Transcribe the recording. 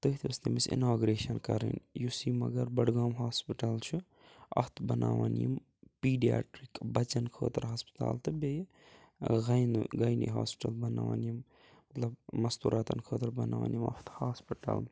تٔتھۍ ٲس تٔمِس اِناگوریشَن کَرٕنۍ یُس یہِ مگر بڈگام ہاسپِٹَل چھُ اَتھ بَنایَن یِم پیٖڈیاٹِرٛک بَچَن خٲطرٕ ہسپتال تہٕ بیٚیہِ ٲں گاینہٕ گاینی ہاسپِٹَل بَنایَن یِم مطلب مَستوٗراتَن خٲطرٕ بَنایَن یِم اَتھ ہاسپِٹَل